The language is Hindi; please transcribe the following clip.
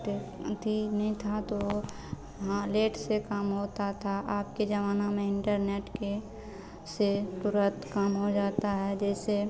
टेक अथी नहीं था तो हाँ लेट से काम होता था आज के ज़माना में इन्टरनेट के से तुरन्त काम हो जाता है जैसे